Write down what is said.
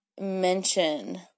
mention